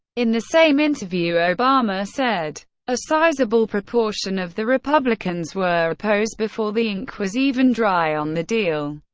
in the same interview, obama said a sizable proportion of the republicans were opposed before the ink was even dry on the deal.